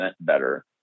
better